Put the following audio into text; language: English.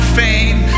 fame